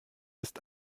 ist